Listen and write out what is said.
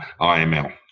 IML